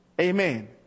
Amen